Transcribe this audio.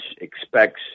expects